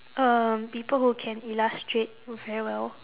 um people who can illustrate very well